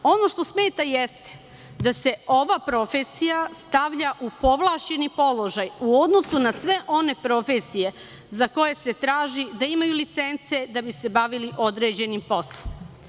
Ono što smeta jeste da se ova profesija stavlja u povlašćeni položaj u odnosu na sve one profesije za koje se traži da imaju licence da bi se bavili određenim poslom.